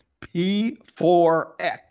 P4X